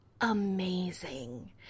Amazing